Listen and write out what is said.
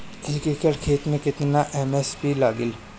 एक एकड़ खेत मे कितना एस.एस.पी लागिल?